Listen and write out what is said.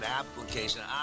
application